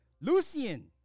Lucian